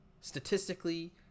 Statistically